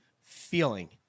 feeling